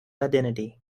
identity